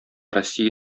россия